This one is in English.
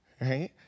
Right